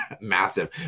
massive